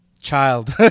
Child